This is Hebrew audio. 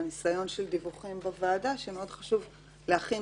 מהניסיון של דיווחים בוועדה מאוד חשוב להכין